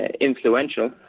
influential